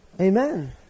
Amen